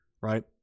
Right